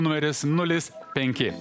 numeris nulis penki